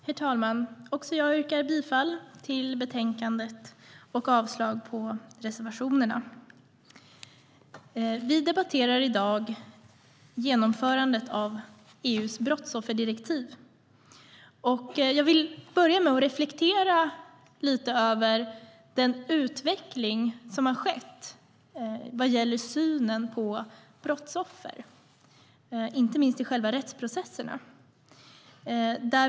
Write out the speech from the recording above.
Herr talman! Också jag yrkar bifall till förslaget i betänkandet och avslag på reservationerna. Vi debatterar i dag genomförandet av EU:s brottsofferdirektiv. Jag vill börja med att reflektera lite över den utveckling som har skett vad gäller synen på brottsoffer, inte minst i själva rättsprocesserna.